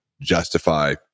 justify